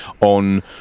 on